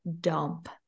dump